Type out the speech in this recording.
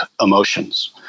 emotions